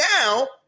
now